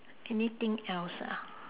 anything else ah